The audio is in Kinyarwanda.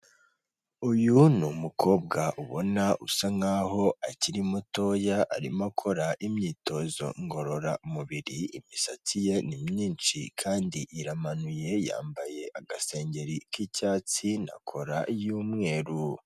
Uyu ni umukobwa ubona usa nkaho akiri mutoya arimo akora imyitozo ngororamubiri, imisatsi ye ni myinshi kandi iramanuye yambaye agasengeri k'icyatsi na kora y'umweru.